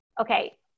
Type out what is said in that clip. okay